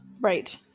Right